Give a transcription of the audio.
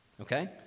Okay